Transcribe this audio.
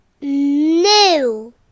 no